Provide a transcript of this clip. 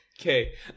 okay